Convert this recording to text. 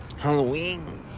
Halloween